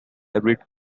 hybrid